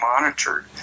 monitored